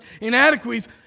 inadequacies